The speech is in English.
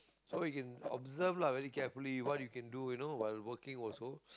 so in observe lah very carefully what you can do you know while working also